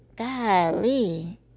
Golly